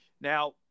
Now